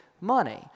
money